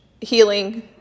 healing